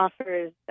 offers